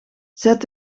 zet